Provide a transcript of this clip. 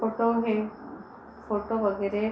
photo हे photo वगैरे